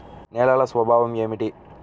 నేలల స్వభావం ఏమిటీ?